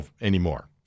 anymore